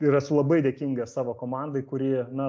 ir esu labai dėkingas savo komandai kuri na